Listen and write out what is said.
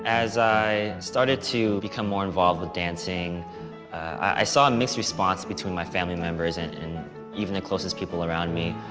as i started to become more involved with dancing i saw a and mixed response between my family members and and even the closest people around me.